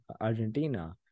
Argentina